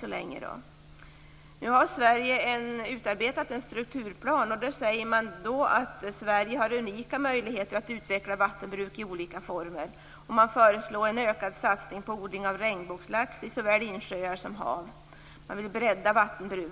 Sverige har utarbetat en strukturplan i vilken det sägs att Sverige har unika möjligheter att utveckla vattenbruk i olika former. Man föreslår en ökad satsning på odling av regnbågslax i såväl insjöar som hav. Man vill bredda